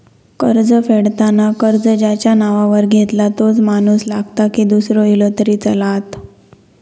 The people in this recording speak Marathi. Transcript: कर्ज फेडताना कर्ज ज्याच्या नावावर घेतला तोच माणूस लागता की दूसरो इलो तरी चलात?